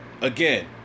again